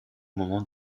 moment